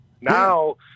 Now